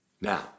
Now